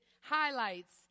highlights